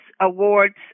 Awards